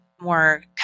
more